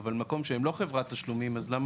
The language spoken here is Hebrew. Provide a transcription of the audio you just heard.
אבל במקום שהוא לא חברת תשלומים למה